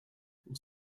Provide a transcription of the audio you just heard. vous